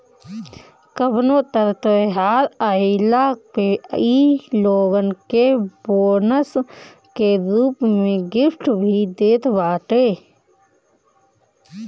कवनो तर त्यौहार आईला पे इ लोगन के बोनस के रूप में गिफ्ट भी देत बाटे